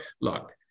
look